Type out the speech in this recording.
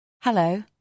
Hello